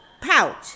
pouch